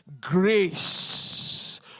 Grace